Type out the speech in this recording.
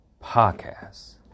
podcast